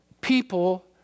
people